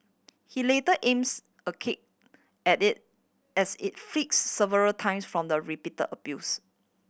he later aims a kick at it as it flinches several times from the repeat abuse